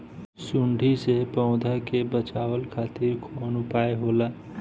सुंडी से पौधा के बचावल खातिर कौन उपाय होला?